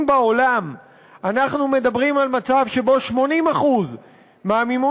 אם בעולם אנחנו מדברים על מצב שבו 80% מהמימון